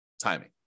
timing